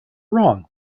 wrong